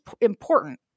important